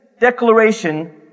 declaration